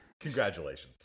Congratulations